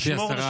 גברתי השרה,